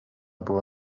było